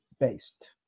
Based